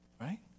Right